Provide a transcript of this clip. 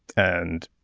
and